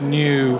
new